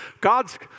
God's